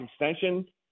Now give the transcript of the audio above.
extension –